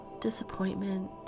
disappointment